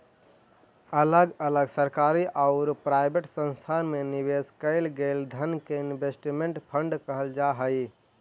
अलग अलग सरकारी औउर प्राइवेट संस्थान में निवेश कईल गेलई धन के इन्वेस्टमेंट फंड कहल जा हई